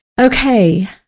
Okay